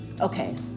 Okay